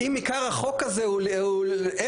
אם עיקר החוק הזה הוא לאיירסופט,